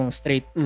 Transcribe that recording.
straight